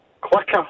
quicker